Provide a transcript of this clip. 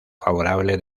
favorable